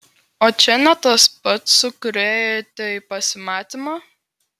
o čia ne tas pats su kuriuo ėjote į pasimatymą